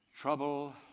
Trouble